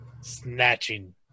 snatching